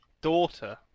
daughter